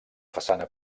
façana